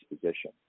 position